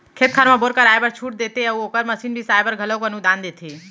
खेत खार म बोर करवाए बर छूट देते अउ ओखर मसीन बिसाए म घलोक अनुदान देथे